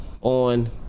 On